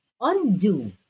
undo